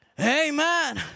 Amen